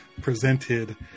presented